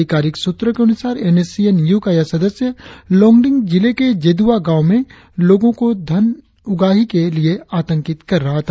अधिकारिक सूत्रों के अनुसार N S C N U का यह सदस्य लोंगडिंग जिले के जेद्रआ गांव में लोगों को धन उगाही के लिए आतंकित कर रहा था